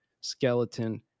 skeleton